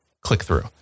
click-through